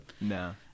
No